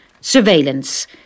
surveillance